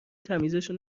تمیزشون